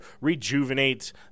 rejuvenate